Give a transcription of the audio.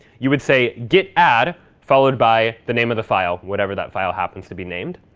you would say git add followed by the name of the file, whatever that file happens to be named.